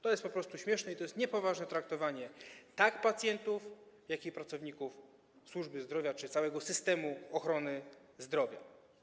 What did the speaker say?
To jest po prostu śmieszne, to jest niepoważne traktowanie zarówno pacjentów, jak i pracowników służby zdrowia czy całego systemu ochrony zdrowia.